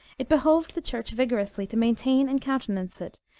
it behoved the church vigorously to maintain and countenance it,